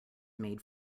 made